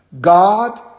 God